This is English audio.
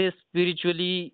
spiritually